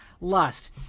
lust